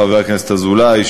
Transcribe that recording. חבר הכנסת אזולאי,